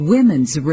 Women's